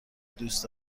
دوست